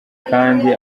kandi